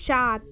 सात